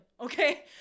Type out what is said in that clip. okay